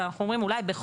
ואנחנו אומרים: אולי,